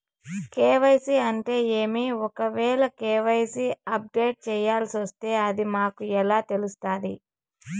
KYC అంటే ఏమి? ఒకవేల కె.వై.సి అప్డేట్ చేయాల్సొస్తే అది మాకు ఎలా తెలుస్తాది?